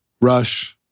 Rush